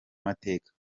mateka